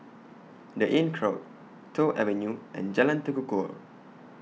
The Inncrowd Toh Avenue and Jalan Tekukor